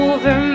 Over